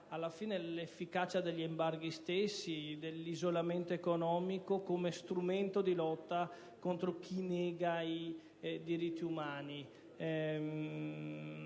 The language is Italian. sull'efficacia dell'embargo, dell'isolamento economico come strumento di lotta contro chi nega i diritti umani.